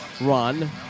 run